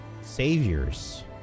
saviors